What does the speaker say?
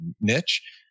niche